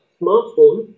smartphone